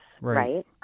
right